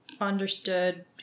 understood